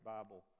Bible